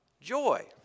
joy